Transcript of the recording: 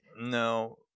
No